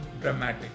dramatic